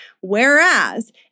Whereas